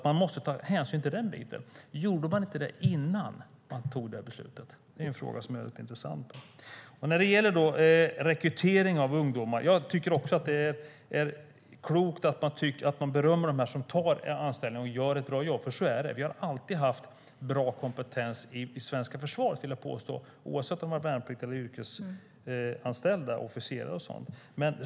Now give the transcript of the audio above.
Man måste ta hänsyn också till den biten. Gjorde man inte det innan man tog det här beslutet? Det är en fråga som är rätt intressant. När det gäller rekrytering av ungdomar tycker jag också att det är klokt att man berömmer dem som tar anställning och gör ett bra jobb. Så är det nämligen; vi har alltid haft bra kompetens i det svenska försvaret, vill jag påstå, oavsett om det har varit värnpliktiga eller yrkesanställda officerare.